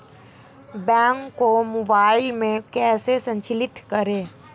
Bank को mobile में कैसे संचालित करें?